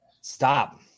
Stop